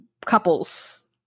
couples